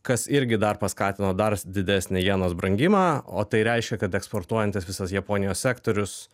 kas irgi dar paskatino dar didesnį jenos brangimą o tai reiškia kad eksportuojantis visas japonijos sektorius